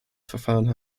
verfahren